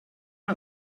are